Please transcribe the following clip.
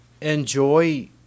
enjoy